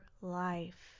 life